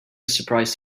surprise